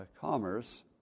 Commerce